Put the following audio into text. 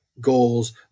goals